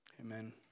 Amen